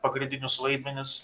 pagrindinius vaidmenis